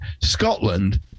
Scotland